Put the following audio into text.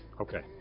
Okay